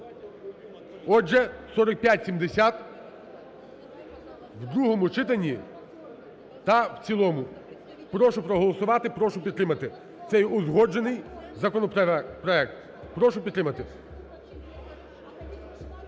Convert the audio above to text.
Отже, 4570 в другому читанні та в цілому. Прошу проголосувати, прошу підтримати, це є узгоджений законопроект, прошу підтримати,